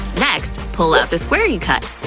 next, pull out the square you cut.